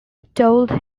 told